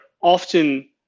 often